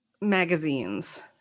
magazines